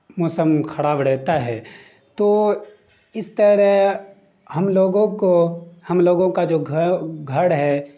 موسم خراب رہتا ہے تو اس طرح ہم لوگوں کو ہم لوگوں کا جو گھر ہے